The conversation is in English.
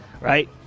right